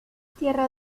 tierra